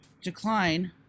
Decline